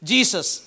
Jesus